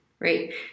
Right